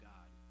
God